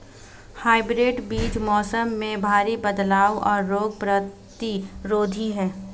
hybrid बीज मौसम में भारी बदलाव और रोग प्रतिरोधी हैं